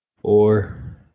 Four